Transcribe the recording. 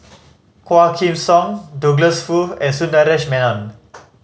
Quah Kim Song Douglas Foo and Sundaresh Menon